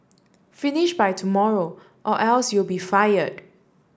finish by tomorrow or else you'll be fired